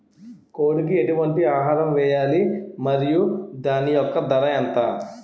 కోడి కి ఎటువంటి ఆహారం వేయాలి? మరియు దాని యెక్క ధర ఎంత?